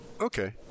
okay